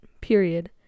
period